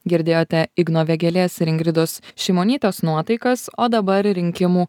girdėjote igno vėgėlės ir ingridos šimonytės nuotaikas o dabar rinkimų